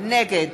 נגד